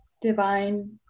divine